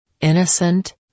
Innocent